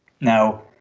Now